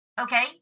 okay